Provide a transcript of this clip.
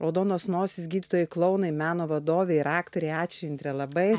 raudonos nosys gydytojai klounai meno vadovei ir aktorei ačiū indre